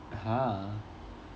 !huh!